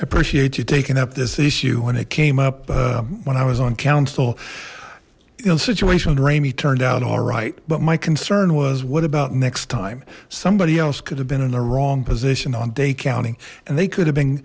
appreciate you taking up this issue when it came up when i was on council you know situations ramie turned out alright but my concern was what about next time somebody else could have been in the wrong position on day counting and they could have been